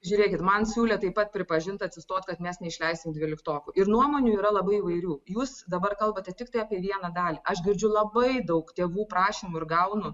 žiūrėkit man siūlė taip pat pripažint atsistot kad mes neišleisime dvyliktokų ir nuomonių yra labai įvairių jūs dabar kalbate tiktai apie vieną dalį aš girdžiu labai daug tėvų prašymų ir gaunu